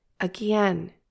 Again